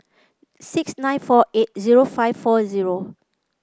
six nine four eight zero five four zero